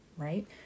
right